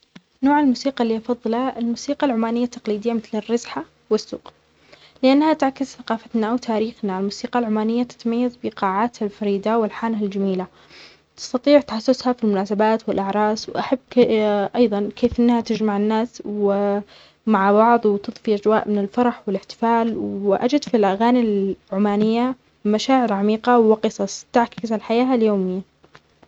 نوع الموسيقى إللي يفظلها الموسيقى العمانية التقليدية مثل الرزحة والسوق لأنها تعكس ثقافتنا، أو تاريخنا. الموسيقى العمانية تتميظ بقاعات الفريدة والحانة الجميلة تستطيع تحسسها في المناثبات والعراص وأحب أيظا كيف أنها تجمع الناس ومع بعظ وتطفي أجواء من الفرح والإحتفال وأجد في الأغاني العمانية مشاعر عميقة وقصص تعكس الحياة اليومية.